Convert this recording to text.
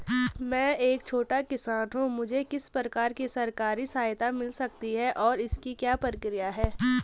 मैं एक छोटा किसान हूँ मुझे किस प्रकार की सरकारी सहायता मिल सकती है और इसकी क्या प्रक्रिया है?